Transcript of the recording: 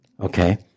Okay